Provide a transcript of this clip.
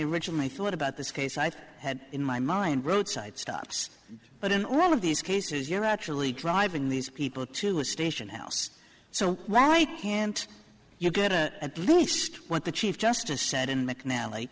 originally thought about this case i had in my mind roadside stops but in all of these cases you're actually driving these people to a station house so why can't you get at least what the chief justice said in mcnally